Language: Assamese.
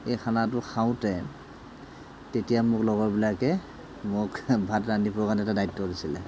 সেই খানাটো খাওঁতে তেতিয়া মোৰ লগৰবিলাকে মোক ভাত ৰান্ধিবৰ কাৰণে এটা দায়িত্ব দিছিলে